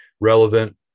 relevant